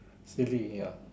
silly ya